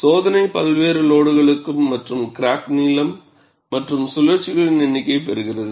சோதனை பல்வேறு லோடுகளுக்கும் மற்றும் கிராக் நீளம் மற்றும் சுழற்சிகளின் எண்ணிக்கையைப் பெறுகிறது